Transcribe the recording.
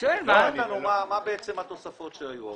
מה התוספות שהיו?